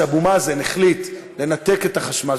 שאבו מאזן החליט לנתק את החשמל,